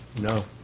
No